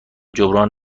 جبران